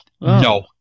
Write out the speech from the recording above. No